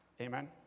amen